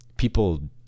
people